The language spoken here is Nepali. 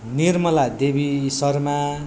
निर्मलादेवी शर्मा